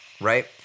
right